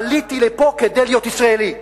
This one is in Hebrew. עליתי לפה כדי להיות ישראלי.